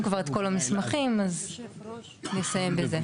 כבר את כל המסמכים אז אני אסיים בזה.